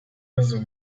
rozu